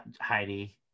Heidi